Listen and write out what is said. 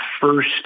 first